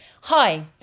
Hi